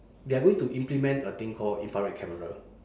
they are going to implement a thing called infrared camera